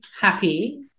happy